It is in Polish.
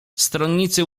stronnicy